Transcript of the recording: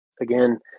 again